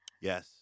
Yes